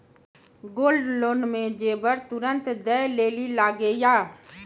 Gold loan मे जेबर तुरंत दै लेली लागेया?